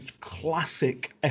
classic